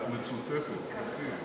זהבה, זהבה, את מצוטטת, מה אני מצוטטת?